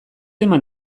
eman